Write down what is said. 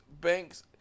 Banks